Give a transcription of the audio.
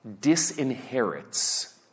disinherits